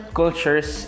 cultures